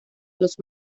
los